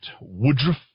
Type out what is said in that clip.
Woodruff